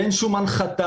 ואין שום הנחתה,